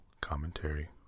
commentary